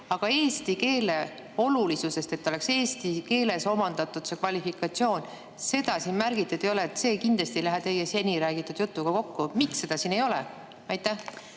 aga eesti keele olulisust, seda, et oleks eesti keeles omandatud see kvalifikatsioon, siin märgitud ei ole. See kindlasti ei lähe teie seni räägitud jutuga kokku. Miks seda siin ei ole? Aitäh!